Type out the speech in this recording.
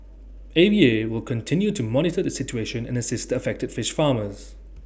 A V A will continue to monitor the situation and assist the affected fish farmers